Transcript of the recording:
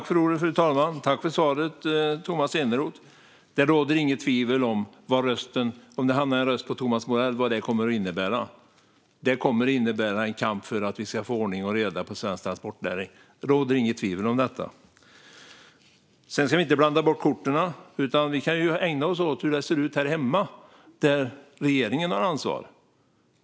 Fru talman! Jag tackar för svaret, Tomas Eneroth. Det råder inget tvivel om vad en röst på Thomas Morell kommer att innebära. Den kommer att innebära en kamp för att få ordning och reda i svensk transportnäring. Det råder inget tvivel om detta. Vi ska inte blanda bort korten. Vi kan ägna oss åt hur det ser ut här hemma, där regeringen har ansvaret.